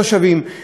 של הילדים,